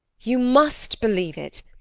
you must believe it!